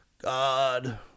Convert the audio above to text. God